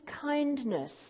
kindness